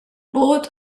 both